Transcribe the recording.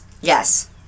yes